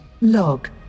log